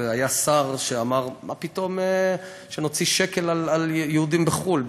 והיה שר שאמר: מה פתאום שנוציא שקל על יהודים בחו"ל?